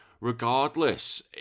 regardless